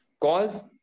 cause